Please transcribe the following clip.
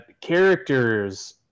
characters